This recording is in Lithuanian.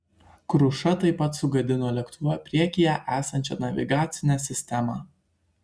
kruša taip pat sugadino lėktuvo priekyje esančią navigacinę sistemą